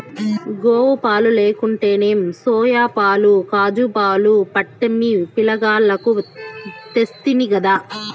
గోవుపాలు లేకుంటేనేం సోయాపాలు కాజూపాలు పట్టమ్మి పిలగాల్లకు తెస్తినిగదా